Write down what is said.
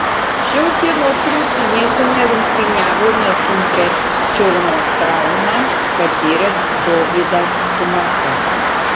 šios dienos rungtynėse nerungtyniavo nesunkią čiurnos traumą patyręs dovydas tumosa